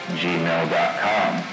gmail.com